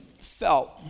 felt